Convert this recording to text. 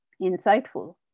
insightful